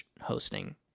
hosting